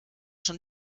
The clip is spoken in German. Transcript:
schon